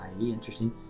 interesting